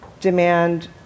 demand